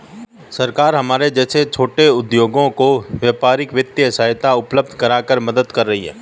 सरकार हमारे जैसे छोटे उद्योगों को व्यापारिक वित्तीय साधन उपल्ब्ध करवाकर मदद कर रही है